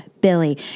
Billy